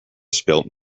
spilt